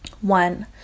One